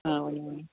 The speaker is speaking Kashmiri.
ٲں ؤنِو ؤنِو